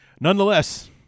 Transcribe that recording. nonetheless